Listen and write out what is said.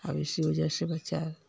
और इसी वजह से बच्चा